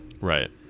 Right